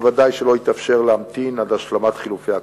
וודאי שלא יתאפשר להמתין עד להשלמת חילופי הקרקע.